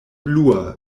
blua